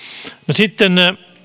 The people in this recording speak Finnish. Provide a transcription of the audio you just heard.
sitten